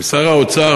משר האוצר,